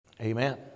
Amen